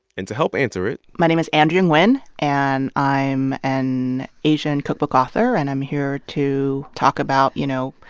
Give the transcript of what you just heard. and to help answer it. my name is andrea and nguyen, and i'm an asian cookbook author. and i'm here to talk about, you know,